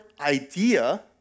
idea